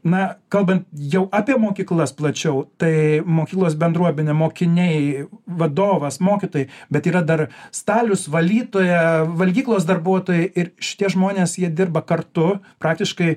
na kalbant jau apie mokyklas plačiau tai mokyklos bendruomenė mokiniai vadovas mokytojai bet yra dar stalius valytoja valgyklos darbuotojai ir šitie žmonės jie dirba kartu praktiškai